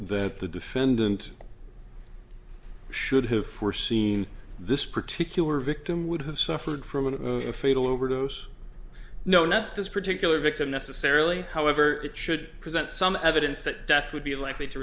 that the defendant should have foreseen this particular victim would have suffered from a fatal overdose no not this particular victim necessarily however it should present some evidence that death would be likely to